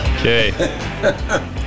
Okay